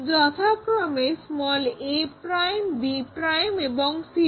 যথাক্রমে a b এবং c